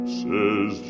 says